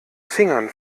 fingern